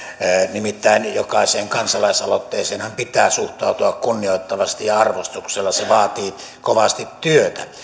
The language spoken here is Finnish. nimittäin jokaiseen kansalaisaloitteeseenhan pitää suhtautua kunnioittavasti ja arvostuksella se vaatii kovasti työtä